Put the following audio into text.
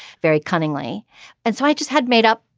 very cunningly and so i just had made up.